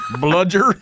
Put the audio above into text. Bludger